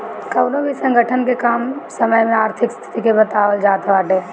कवनो भी संगठन के कम समय में आर्थिक स्थिति के बतावल जात बाटे